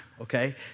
okay